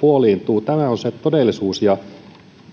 puoliintuvat tämä on se todellisuus ja